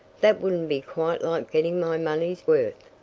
that wouldn't be quite like getting my money's worth.